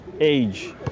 age